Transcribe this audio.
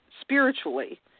spiritually